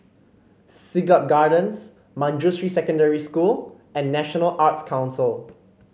Siglap Gardens Manjusri Secondary School and National Arts Council